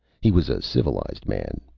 he was a civilized man.